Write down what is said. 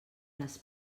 les